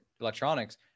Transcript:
electronics